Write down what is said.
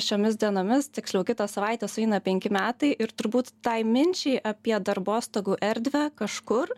šiomis dienomis tiksliau kitą savaitę sueina penki metai ir turbūt tai minčiai apie darbostogų erdvę kažkur